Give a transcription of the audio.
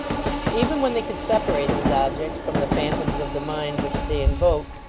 even when they could separate these objects from the phantoms of the mind which they invoked,